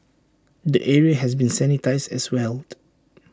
the area has been sanitised as well